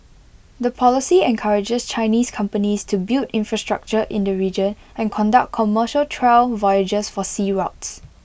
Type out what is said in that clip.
the policy encourages Chinese companies to build infrastructure in the region and conduct commercial trial voyages for sea routes